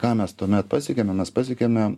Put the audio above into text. ką mes tuomet pasiekiame mes pasiekiame